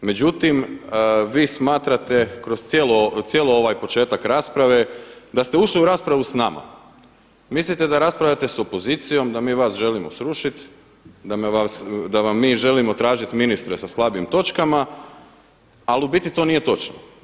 Međutim, vi smatrate kroz cijeli ovaj početak rasprave da ste ušli u raspravu s vama, mislite da raspravljate s opozicijom, da mi vas želimo srušiti, da vam mi želimo tražiti ministra sa slabim točkama ali u biti to nije točno.